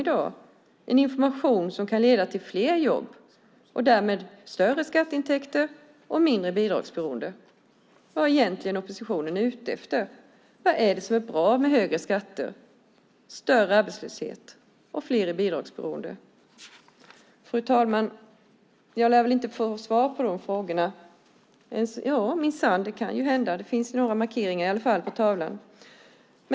Det är en information som kan leda till fler jobb och därmed större skatteintäkter och mindre bidragsberoende. Vad är oppositionen egentligen ute efter? Vad är det som är bra med högre skatter, större arbetslöshet och fler i bidragsberoende? Fru talman! Jag lär väl inte få svar på dessa frågor, men det kan ju hända eftersom några har begärt replik.